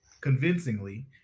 convincingly